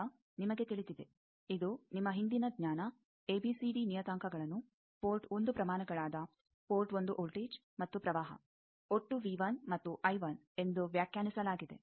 ಈಗ ನಿಮಗೆ ತಿಳಿದಿದೆ ಇದು ನಿಮ್ಮ ಹಿಂದಿನ ಜ್ಞಾನ ಎಬಿಸಿಡಿ ನಿಯತಾಂಕಗಳನ್ನು ಪೋರ್ಟ್ 1 ಪ್ರಮಾಣಗಳಾದ ಪೋರ್ಟ್ 1 ವೋಲ್ಟೇಜ್ ಮತ್ತು ಪ್ರವಾಹ ಒಟ್ಟು V1ಮತ್ತು I1 ಎಂದು ವ್ಯಾಖ್ಯಾನಿಸಲಾಗಿದೆ